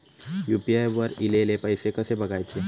UPI वर ईलेले पैसे कसे बघायचे?